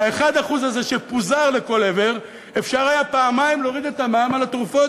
ב-1% הזה שפוזר לכל עבר אפשר היה פעמיים להוריד את המע"מ על התרופות,